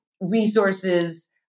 resources